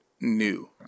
new